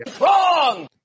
Wrong